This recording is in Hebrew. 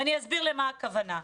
ואני אסביר למה הכוונה.